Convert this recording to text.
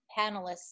panelists